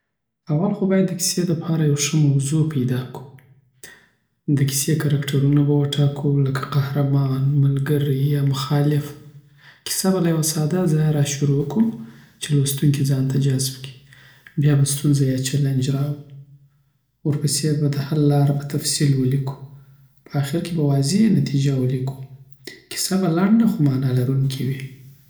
اول خو باید د کیسې لپاره یو ښه موضوغ پیدا کړو د کیسې کرکترونه به وټاکو، لکه قهرمان، ملګری، یا مخالف. کیسه به له یوه ساده ځایه را شروع کړو چې لوستونکی ځان ته جذب کړي. بیا به ستونزه یا چلنج راوړو ورپسې به د حل لاره په تفصیل ولیکو په آخر کې به واضح نتیجه ولیکو کیسه به لنډه، خو معنا لرونکې وي.